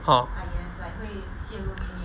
!huh!